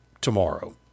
tomorrow